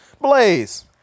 Blaze